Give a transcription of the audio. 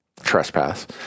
trespass